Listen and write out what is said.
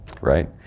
right